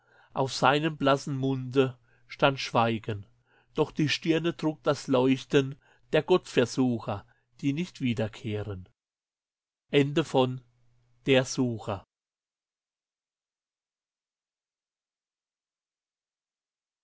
auf seinem blassen munde stand schweigen doch die stirne trug das leuchten der gottversucher die nicht wiederkehren